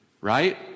right